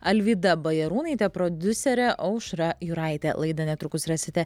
alvyda bajarūnaitė prodiuserė aušra juraitė laidą netrukus rasite